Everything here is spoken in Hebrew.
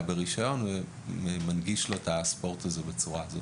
ברישיון הוא להנגיש את הספורט הזה בצורה הזאת.